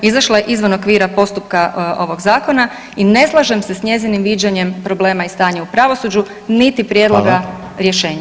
Izašla je izvan okvira postupka ovog zakona i ne slažem se s njezinim viđenjem problema i stanja u pravosuđu [[Upadica: Hvala.]] niti prijedloga rješenja.